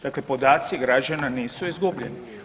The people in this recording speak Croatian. Dakle podaci građana nisu izgubljeni.